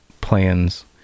plans